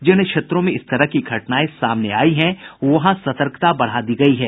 जिन क्षेत्रों में इस तरह की घटनाएं सामने आयी हैं वहां सतर्कता बढ़ा दी गयी है